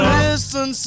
listen